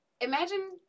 imagine